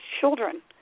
children